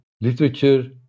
literature